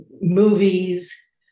movies